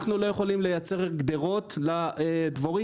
אנחנו לא יכולים לייצר גדרות לדבורים,